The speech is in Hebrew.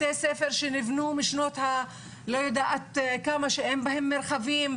בתי ספר ישנים שאין בהם מרחבים.